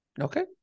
Okay